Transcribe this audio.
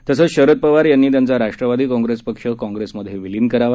तसंच शरद पवार यांनी त्यांचा राष्ट्रवादी काँप्रेस पक्ष काँप्रेसमध्ये विलीन करावा